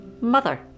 mother